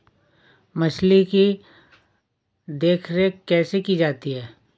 मछली की देखरेख कैसे की जाती है?